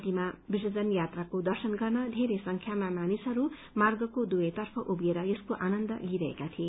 प्रतिमा विसर्जन यात्राको दर्शन गर्न घेरै संख्यामा मानिसहरू मार्गको दुवैतर्फ उभिएर यसको आनन्द लिईरहेका थिए